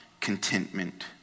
contentment